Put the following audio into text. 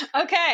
Okay